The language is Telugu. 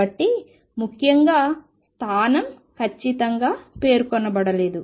కాబట్టి ముఖ్యంగా స్థానం ఖచ్చితంగా పేర్కొనబడలేదు